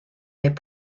les